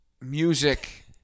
music